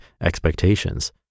expectations